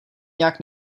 nějak